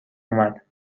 اومد